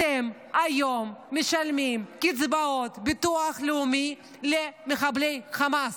אתם היום משלמים קצבאות ביטוח לאומי למחבלי חמאס.